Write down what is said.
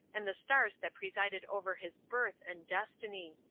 and the stars that presided over his birth and destiny.